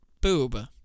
boob